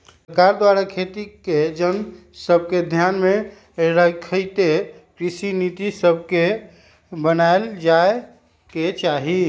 सरकार द्वारा खेती के जन सभके ध्यान में रखइते कृषि नीति सभके बनाएल जाय के चाही